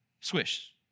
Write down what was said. Swish